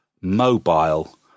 mobile